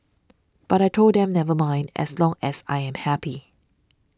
but I told them never mind as long as I am happy